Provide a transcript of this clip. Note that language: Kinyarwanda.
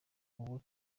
uwo